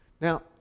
now